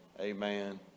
Amen